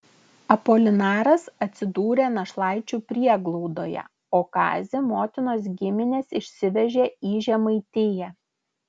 apolinaras atsidūrė našlaičių prieglaudoje o kazį motinos giminės išsivežė į žemaitiją